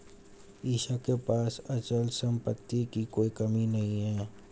ईशा के पास अचल संपत्ति की कोई कमी नहीं है